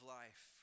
life